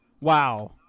Wow